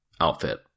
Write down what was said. outfit